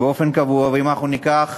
באופן קבוע, ואם אנחנו ניקח